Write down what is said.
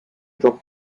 dropped